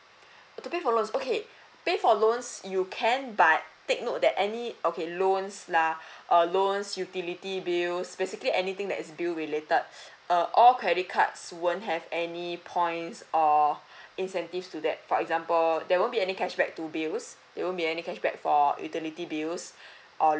to pay for loans okay pay for loans you can but take note that any okay loans lah err loans utility bills basically anything that is bill related err all credit cards won't have any points or incentives to that for example there won't be any cashback to bills there won't be any cashback for utility bills or loans